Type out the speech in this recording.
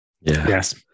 Yes